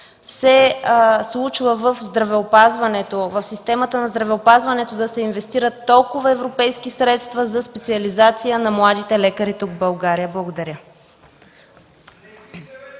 се случва в системата на здравеопазването да се инвестират толкова европейски средства за специализация на младите лекари в България. Благодаря.